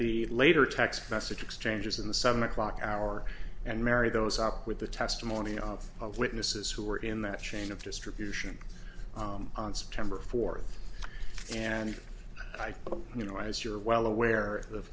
the later text message exchanges in the seven o'clock hour and marry those up with the testimony of witnesses who were in that chain of distribution on september fourth and i think you know as you're well aware of